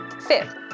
Fifth